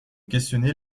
questionner